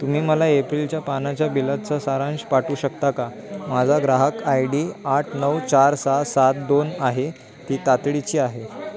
तुम्ही मला एप्रिलच्या पाण्याच्या बिलाचा सारांश पाठवू शकता का माझा ग्राहक आय डी आठ नऊ चार सहा सात दोन आहे ती तातडीची आहे